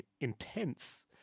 intense